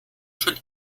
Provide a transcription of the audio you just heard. schon